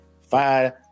Five